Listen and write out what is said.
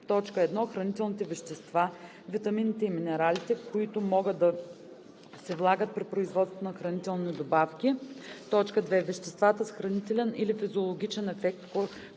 1. хранителните вещества (витамините и минералите), които могат да се влагат при производството на хранителни добавки; 2. веществата с хранителен или физиологичен ефект, които